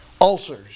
ulcers